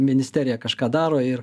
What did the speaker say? ministerija kažką daro ir